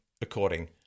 according